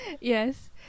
Yes